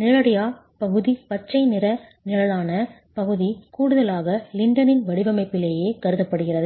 நிழலாடிய பகுதி பச்சை நிற நிழலான பகுதி கூடுதலாக லிண்டலின் வடிவமைப்பிலேயே கருதப்படுகிறது